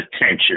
attention